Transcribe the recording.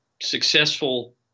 successful